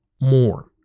more